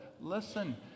listen